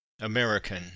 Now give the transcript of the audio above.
American